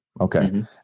Okay